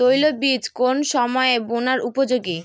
তৈলবীজ কোন সময়ে বোনার উপযোগী?